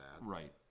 Right